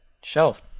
shelf